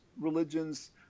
religions